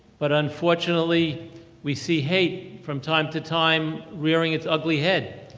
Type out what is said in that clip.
but unfortunately we see hate from time to time, rearing it's ugly head.